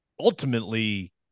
Ultimately